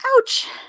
Ouch